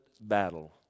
battle